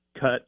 cut